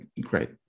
great